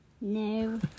No